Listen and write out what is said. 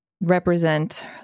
represent